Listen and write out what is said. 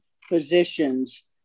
physicians